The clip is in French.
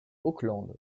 auckland